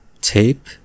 Tape